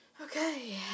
Okay